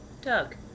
Doug